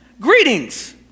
greetings